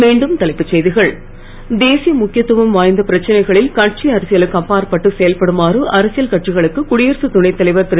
மீண்டும் தலைப்புச் செய்திகள் தேசிய முக்கியத்துவம் வாய்ந்த பிரச்சனைகளில் கட்சி அரசியலுக்கு அப்பாற்பட்டு செயல்படுமாறு அரசியல் கட்சிகளுக்கு குடியரசு துணை தலைவர் திரு